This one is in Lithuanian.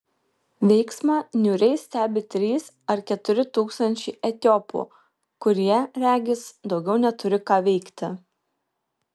veiksmą niūriai stebi trys ar keturi tūkstančiai etiopų kurie regis daugiau neturi ką veikti